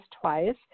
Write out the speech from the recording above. twice